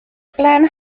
plan